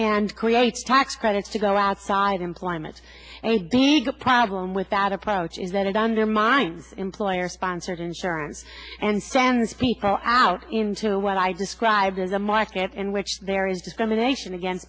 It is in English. nd creates tax credits to go outside employment a big a problem with that approach is that it undermines employer sponsored insurance and stands people out into what i described as a market in which there is emanation again